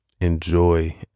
enjoy